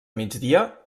migdia